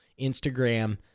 Instagram